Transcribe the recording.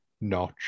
notch